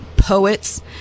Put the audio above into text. poets